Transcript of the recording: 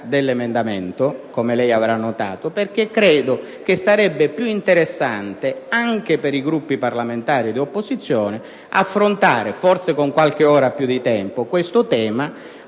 dell'emendamento, come lei avrà notato, perché credo che sarebbe più interessante, anche per i Gruppi parlamentari di opposizione, affrontare questo argomento, disponendo di